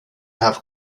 have